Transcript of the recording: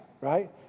right